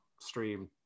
stream